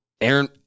Aaron